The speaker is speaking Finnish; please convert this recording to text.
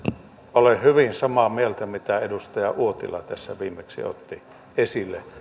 olen hyvin samaa mieltä siitä mitä edustaja uotila tässä viimeksi otti esille